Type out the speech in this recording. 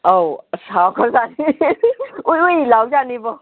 ꯑꯧ ꯑꯁ ꯆꯥꯎꯈ꯭ꯔꯖꯥꯠꯅꯤ ꯎꯏ ꯎꯏ ꯂꯥꯎꯖꯥꯠꯅꯤꯕꯣ